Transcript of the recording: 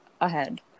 ahead